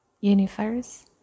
Universe